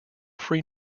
free